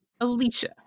Alicia